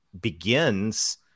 begins